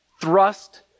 thrust